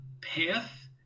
path